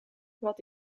wat